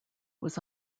was